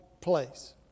place